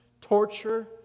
torture